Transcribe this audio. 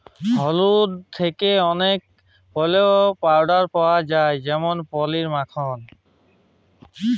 দুহুদ থ্যাকে অলেক পল্য পাউয়া যায় যেমল পলির, মাখল